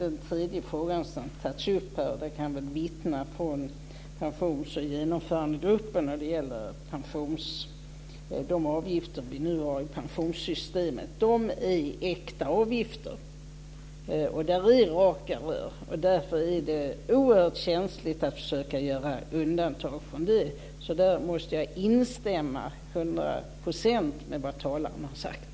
En tredje fråga som har tagits upp är något jag kan vittna om från pensions och genomförandegruppen, och det gäller de avgifter vi nu har i pensionssystemet. De är äkta avgifter. Där är det raka rör, och därför är det oerhört känsligt att försöka göra undantag från det. Där måste jag instämma till hundra procent med vad talaren har sagt.